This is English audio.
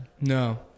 No